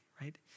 right